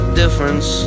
difference